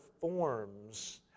forms